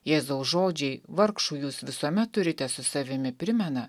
jėzaus žodžiai vargšų jūs visuomet turite su savimi primena